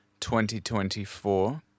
2024